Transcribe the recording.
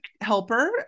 helper